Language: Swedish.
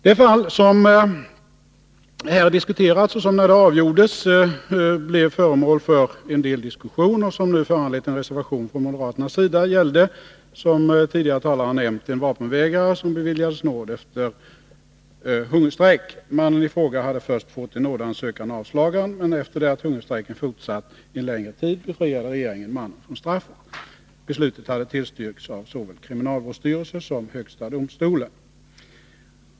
Det fall som här diskuterats och som när det avgjordes blev föremål för en del diskussion och som nu föranlett en reservation från moderaternas sida gällde, som tidigare talare nämnt, en vapenvägrare som beviljades nåd efter hungerstrejk. Mannen i fråga hade först fått en nådeansökan avslagen, men efter det att hungerstrejken fortsatt en längre tid befriade regeringen mannen från straffet. Beslutet hade tillstyrkts av såväl kriminalvårdsstyrelsen som högsta domstolen.